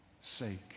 sake